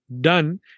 done